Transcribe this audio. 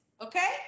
okay